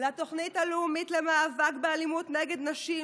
לתוכנית הלאומית למאבק באלימות נגד נשים,